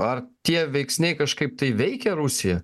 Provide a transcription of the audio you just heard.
ar tie veiksniai kažkaip tai veikia rusija